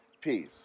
peace